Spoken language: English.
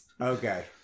Okay